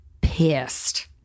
pissed